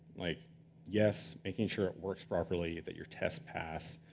like yes, making sure it works properly, that your tests pass,